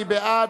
מי בעד?